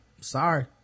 sorry